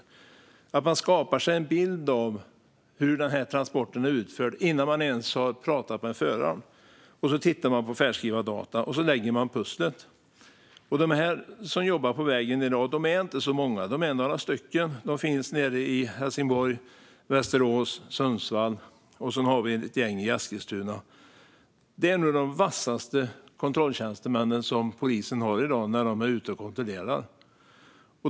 Det handlar om att man skapar sig en bild av hur transporten är utförd innan man ens har pratat med föraren. Sedan tittar man på färdskrivardata och lägger pusslet. De som jobbar på vägen i dag är inte så många. De är några stycken. De finns nere i Helsingborg, i Västerås och i Sundsvall, och sedan har vi ett gäng i Eskilstuna. Det är de vassaste kontrolltjänstemännen som polisen har i dag när de är ute och kontrollerar.